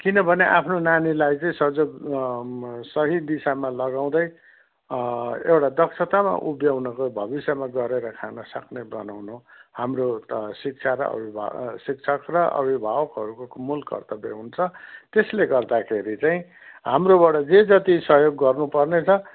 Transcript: किनभने आफ्नो नानीलाई चाहिँ सजक सही दिशामा लगाउँदै एउटा दक्षतामा उभ्याउनको भविष्यमा गरेर खानसक्ने बनाउन हाम्रो एउटा शिक्षा र अभिभावक ए शिक्षक र अभिभावकहरूको मूल कर्तव्य हुन्छ त्यसले गर्दाखेरि चाहिँ हाम्रोबाट जे जति सहयोग गर्नुपर्नेछ